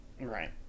Right